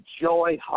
Joy